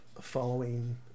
following